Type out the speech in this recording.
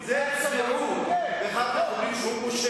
זה סידור טוב, זה גם סידור נכון.